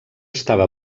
estava